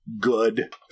good